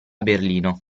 berlino